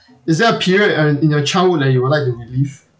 is there a period uh in your childhood that you would like to relive